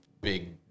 big